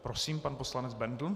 Prosím, pan poslanec Bendl.